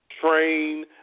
train